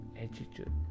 attitude